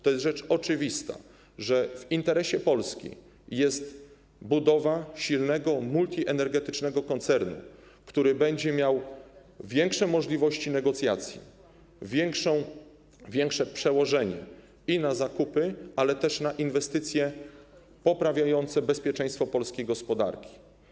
To jest rzecz oczywista, że w interesie Polski jest budowa silnego, multienergetycznego koncernu, który będzie miał większe możliwości negocjacji, większe przełożenie na zakupy, jak i na inwestycje poprawiające bezpieczeństwo polskiej gospodarki.